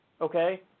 okay